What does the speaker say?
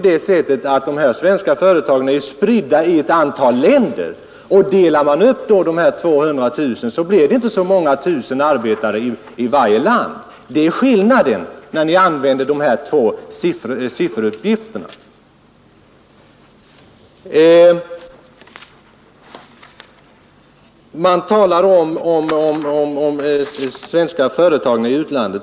De här svenska företagen är ju spridda i ett antal länder, och delar man upp dessa 200 000 så blir det inte så många tusen arbetare i varje land. Det är skillnaden, när ni använder de här sifferuppgifterna. Man talar om de svenska företagen i utlandet.